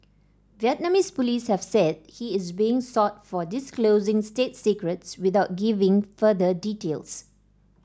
Vietnamese police have said he is being sought for disclosing state secrets without giving further details